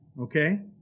Okay